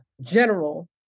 general